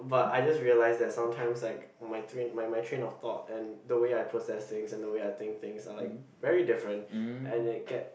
but I just realised that sometimes like my train my my train of thought and the way I process things and the way I think things are like very different and it get